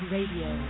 Radio